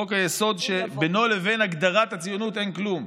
חוק-היסוד שבינו ובין הגדרת הציונות אין כלום.